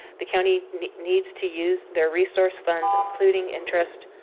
the county needs to use their resource funds including interest.